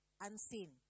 unseen